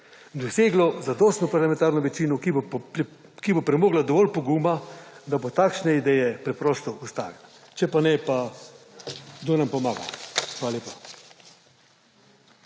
doseglo zadostno parlamentarno večino, ki bo premogla dovolj poguma, da bo takšne ideje preprosto ustavila. Če pa ne pa, kdo nam pomaga?! Hvala lepa.